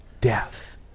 death